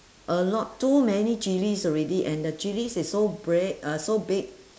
a lot too many chillies already and the chillies is so big uh so big